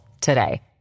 today